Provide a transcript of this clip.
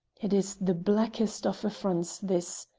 it is the blackest of affronts this,